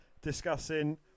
discussing